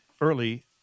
early